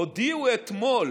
הודיעה אתמול